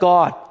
God